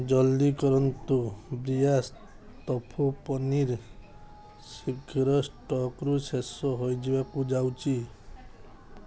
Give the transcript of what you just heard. ଜଲ୍ଦି କରନ୍ତୁ ବ୍ରିୟାସ୍ ତୋଫୁ ପନିର୍ ଶୀଘ୍ର ଷ୍ଟକ୍ରୁ ଶେଷ ହୋଇଯିବାକୁ ଯାଉଛି